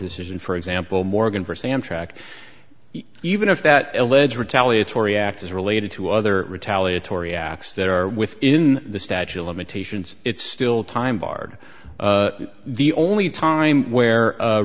decision for example morgan versus amtrak even if that alleged retaliatory act is related to other retaliatory acts that are within the statute of limitations it's still time barred the only time where